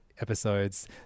episodes